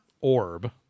orb